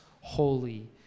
holy